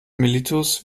mellitus